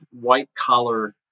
white-collar